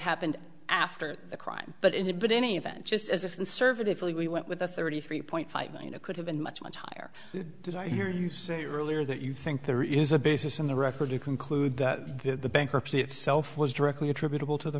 happened after the crime but indeed but in any event just as if conservatively we went with the thirty three point five million it could have been much much higher did i hear you earlier that you think there is a basis in the record to conclude that the bankruptcy itself was directly attributable to the